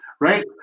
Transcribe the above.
right